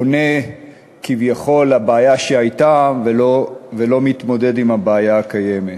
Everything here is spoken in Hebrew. עונה כביכול לבעיה שהייתה ולא מתמודד עם הבעיה הקיימת.